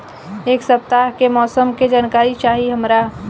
एक सपताह के मौसम के जनाकरी चाही हमरा